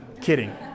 kidding